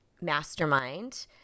mastermind